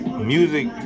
Music